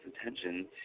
attention